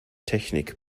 technik